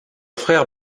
frère